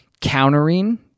countering